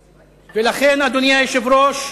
ולכן, אדוני היושב-ראש,